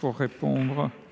pour notre part,